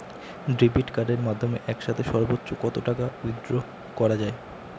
Debit কার্ডের মাধ্যমে একসাথে সর্ব্বোচ্চ কত টাকা উইথড্র করা য়ায়?